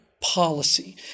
policy